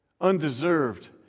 Undeserved